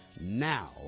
now